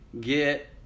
get